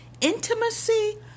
intimacy